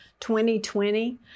2020